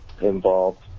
involved